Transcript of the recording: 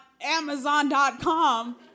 amazon.com